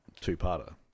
two-parter